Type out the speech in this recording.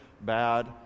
bad